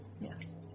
Yes